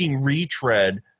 retread